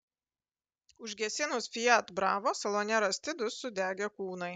užgesinus fiat bravo salone rasti du sudegę kūnai